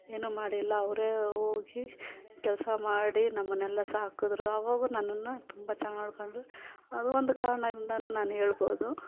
ಏನು ಮಾಡಿಲ್ಲ ಅವರೆ ಹೋಗಿ ಕೆಲಸ ಮಾಡಿ ನಮ್ಮನ್ನೆಲ್ಲ ಸಾಕಿದ್ರು ಅವಾಗೂ ನನ್ನನ್ನ ತುಂಬ ಚೆನ್ನಾಗ್ ನೋಡಿಕೊಂಡ್ರು ಅದು ಒಂದು ಕಾರಣದಿಂದಾನು ನಾನು ಹೇಳ್ಬೋದು